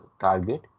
target